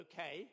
Okay